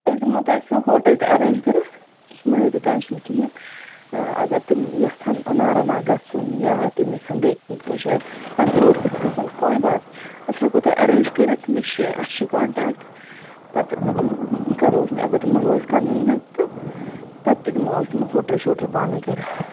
أسۍ دِمو تۄہہِ سُہ ہوٹَل تہِ اٮ۪رینٛج کٔرِتھ سُہ مہٕ ہیٚیِو تُہۍ ٹٮ۪نشَن کِہیٖنۍ اَگر تِم یَژھَن ناراناگ گژھُن یا تِم یَژھَن بیٚیہِ کُنۍ جاے تٔمۍ ہیوٚر تہِ کھسُن کویی بات أسۍ ہٮ۪کو تۄہہِ اٮ۪رینٛج کٔرِتھ مےٚ چھِ اَسہِ چھِ کۄنٹیکٹہٕ پَتہٕ کَرو أسۍ اَگر تِمَن روزِ کَنویٖنیَنٛٹ تہٕ تَتہِ تہِ دِمو أسۍ تِمَن ہوٹَل شوٹَل پانَے کٔرِتھ